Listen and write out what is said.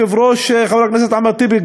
היושב-ראש חבר הכנסת אחמד טיבי,